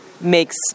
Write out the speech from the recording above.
makes